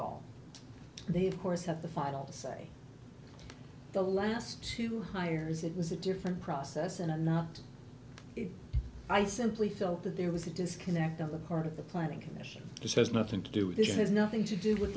all they of course have the final say the last two hires it was a different process and i'm not i simply felt that there was a disconnect on the part of the planning commission this has nothing to do with this has nothing to do with